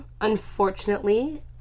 unfortunately